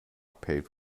paved